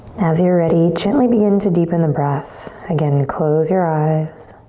as you're ready gently begin to deepen the breath. again, close your eyes.